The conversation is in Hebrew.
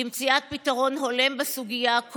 על מנת למצוא פתרון הולם לסוגיה הזאת,